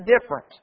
different